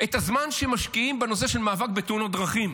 את הזמן שמשקיעים בנושא של מאבק בתאונות דרכים.